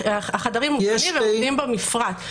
החדרים מוכנים ועומדים במפרט.